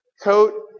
coat